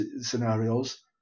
scenarios